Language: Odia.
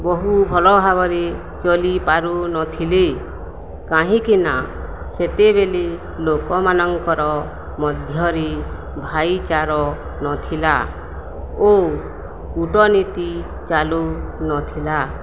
ବହୁ ଭଲ ଭାବରେ ଚଲିପାରୁନଥିଲେ କାହିଁକିନା ସେତେବେଲେ ଲୋକମାନଙ୍କର ମଧ୍ୟରେ ଭାଇଚାରା ନଥିଲା ଓ କୁଟନୀତି ଚାଲୁ ନଥିଲା